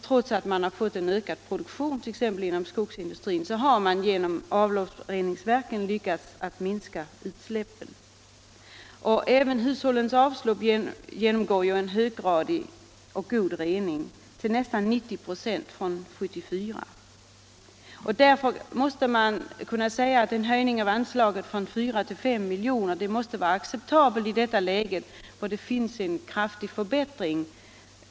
Trots en ökad produktion, t.ex. inom skogsindustrin, har man genom avloppsreningsverken lyckats minska utsläppen. Även hushållens avloppsvatten genomgår en höggradig rening — nästan 90 96 år 1974. En höjning av anslaget från 4 till 5 milj.kr. måste därför vara acceptabel i detta läge, där nedsmutsningen så kraftigt har avtagit.